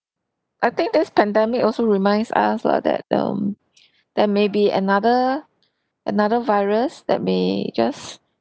I think this pandemic also reminds us lah that um there may be another another virus that may just